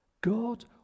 God